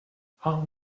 how